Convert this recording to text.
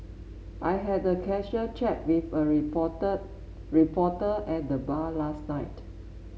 I had a casual chat with a reporter reporter at the bar last night